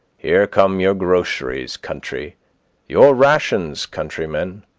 here come your groceries, country your rations, countrymen!